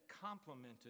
complemented